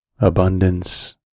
abundance